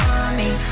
army